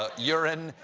ah urine,